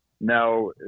Now